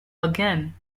again